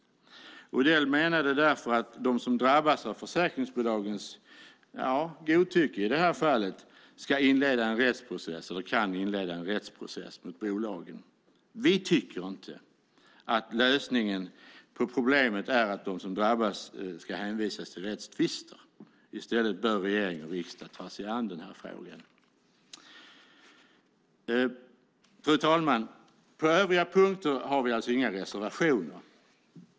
Odell menade därför att de som drabbats av försäkringsbolagens godtycke i det här fallet ska inleda en rättsprocess mot bolagen. Vi tycker inte lösningen på problemet är att de som drabbas hänvisas till rättstvister. I stället bör regering och riksdag ta sig an frågan. Fru talman! På övriga punkter har vi inga reservationer.